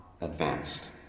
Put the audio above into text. ...advanced